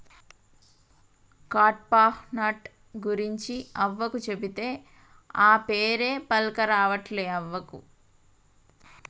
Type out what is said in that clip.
కడ్పాహ్నట్ గురించి అవ్వకు చెబితే, ఆ పేరే పల్కరావట్లే అవ్వకు